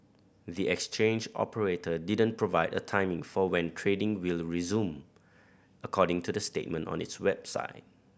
the exchange operator didn't provide a timing for when trading will resume according to the statement on its website